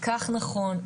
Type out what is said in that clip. כך נכון,